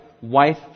wife